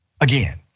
again